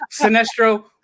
Sinestro